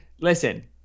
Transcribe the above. Listen